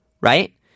right